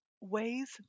ways